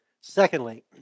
Secondly